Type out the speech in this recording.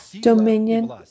dominion